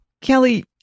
Kelly